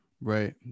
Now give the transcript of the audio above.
Right